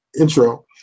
intro